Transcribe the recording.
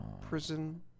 prison